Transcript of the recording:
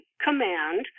command